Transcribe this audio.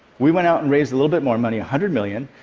we went out and raised a little bit more money, a hundred million,